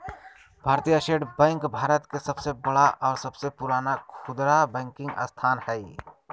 भारतीय state bank Bharat के सबसे बड़ा और सबसे पुराना खुदरा बैंकिंग संस्थान हइ